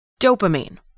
Dopamine